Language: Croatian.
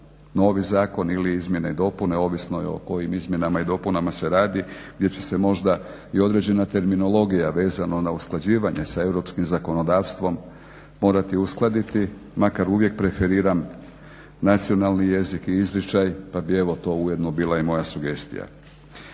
novi zakon ili izmjene i dopune, ovisno je o kojim izmjenama i dopunama radi, gdje će možda i određena terminologija vezano na usklađivanje sa europskim zakonodavstvom morati uskladiti, makar uvijek preferiram nacionalni jezik i izričaj pa bi evo to ujedno bila i moja sugestija.